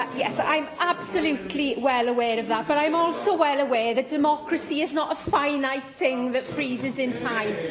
yes. i'm absolutely well aware of that, but i'm also well aware that democracy is not a finite thing that freezes in time,